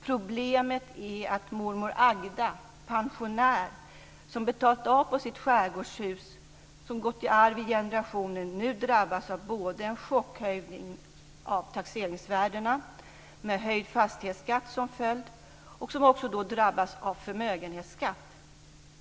Problemet är att mormor Agda, pensionär, som betalat av på sitt skärgårdshus som gått i arv i generationer nu drabbas av både en chockhöjning av taxeringsvärdena med höjd fastighetsskatt som följd och förmögenhetsskatt.